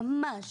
ממש,